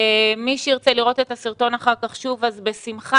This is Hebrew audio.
מי שירצה לראות את הסרטון אחר כך שוב, בשמחה.